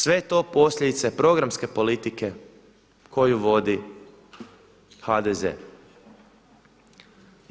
Sve je to posljedica programske politike koju vodi HDZ.